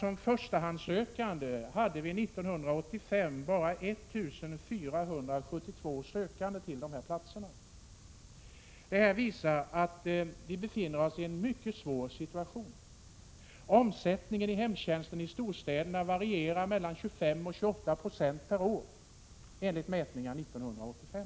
Som förstahandssökande hade vi 1985 bara 1 472 sökande till de här platserna. Detta visar att vi befinner oss i en mycket svår situation. Omsättningen inom hemtjänsten i storstäderna varierar mellan 25 och 2890 per år, enligt mätningar gjorda 1985.